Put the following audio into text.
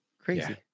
Crazy